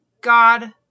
God